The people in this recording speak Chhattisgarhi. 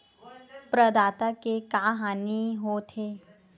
प्रदाता के का हानि हो थे?